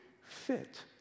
fit